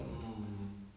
hmm